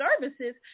services